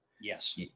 yes